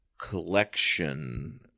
collection